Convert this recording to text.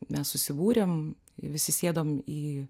mes susibūrėm visi sėdom į